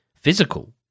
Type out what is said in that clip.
physical